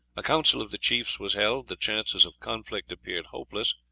a council of the chiefs was held. the chances of conflict appeared hopeless,